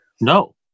no